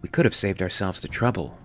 we could have saved ourselves the trouble